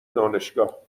دانشگاه